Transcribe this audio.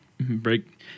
break